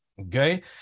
Okay